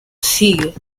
sigue